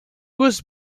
was